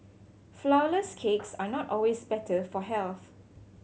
flourless cakes are not always better for health